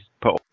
put